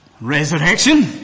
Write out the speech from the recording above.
resurrection